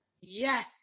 Yes